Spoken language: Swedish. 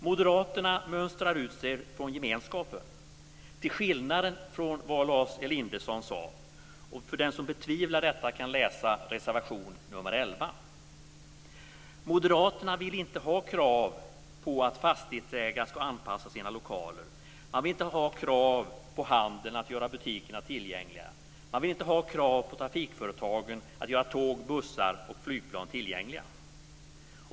Moderaterna mönstrar ut sig från gemenskapen till skillnad från vad Lars Elinderson sade. Den som betvivlar detta kan läsa reservation nr 11. Moderaterna vill inte ha krav på att fastighetsägare ska anpassa sina lokaler. Man vill inte har krav på handeln att göra butikerna tillgängliga. Man vill inte ha krav på trafikföretagen att göra tåg, bussar och flygplan tillgängliga.